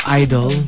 idol